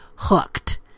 hooked